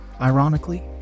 Ironically